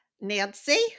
Nancy